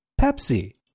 Pepsi